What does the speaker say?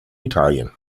italien